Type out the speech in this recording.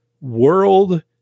world